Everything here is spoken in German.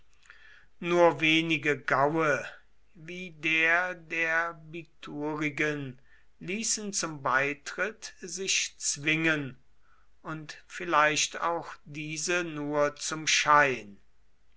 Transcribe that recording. nur wenige gaue wie der der biturigen ließen zum beitritt sich zwingen und vielleicht auch diese nur zum schein